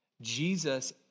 Jesus